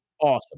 Awesome